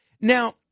Now